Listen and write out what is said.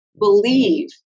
believe